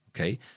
okay